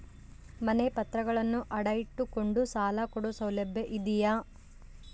ಮನೆ ಪತ್ರಗಳನ್ನು ಅಡ ಇಟ್ಟು ಕೊಂಡು ಸಾಲ ಕೊಡೋ ಸೌಲಭ್ಯ ಇದಿಯಾ?